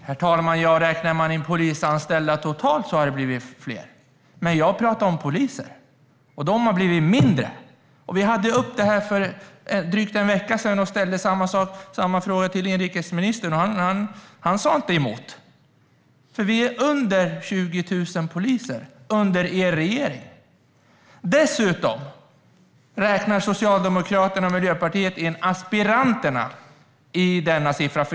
Herr talman! Räknar man antalet polisanställda totalt har det blivit fler. Men jag talar om poliser, och de har blivit färre. Vi hade detta uppe för drygt en vecka sedan och ställde samma fråga till inrikesministern. Han sa inte emot. Det finns mindre än 20 000 poliser, under er regering. Dessutom räknar Socialdemokraterna och Miljöpartiet in aspiranterna i denna siffra.